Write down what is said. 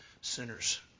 sinners